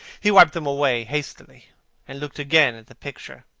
he brushed them away hastily and looked again at the picture.